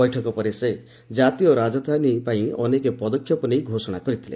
ବୈଠକ ପରେ ସେ ଜାତୀୟ ରାଜଧାନୀପାଇଁ ଅନେକ ପଦକ୍ଷେପ ନେଇ ଘୋଷଣା କରିଥିଲେ